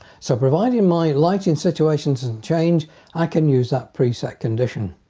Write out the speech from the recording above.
so providing my lighting situation doesn't change i can use that preset condition.